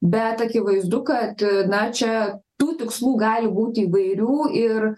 bet akivaizdu kad na čia tų tikslų gali būti įvairių ir